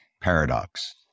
paradox